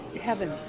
heaven